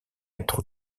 être